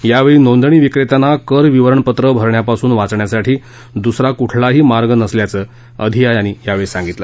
यावेळी नोंदणी विक्रेत्यांना कर विवरणपत्र भरण्याच्या कर्तव्यापासून वाचण्यासाठी दुसरा कुठलाही मार्ग नसल्याचं अधीया यांनी यावेळी सांगितलं